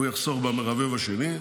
הוא יחסוך במרבב השני,